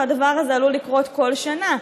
והדבר הזה עלול לקרות כל שנה.